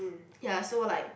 ya so like